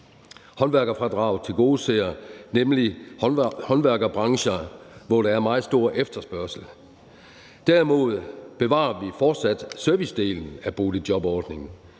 Håndværkerfradraget tilgodeser nemlig håndværksbrancher, hvor der er meget stor efterspørgsel. Derimod bevarer vi fortsat servicedelen af boligjobordningen,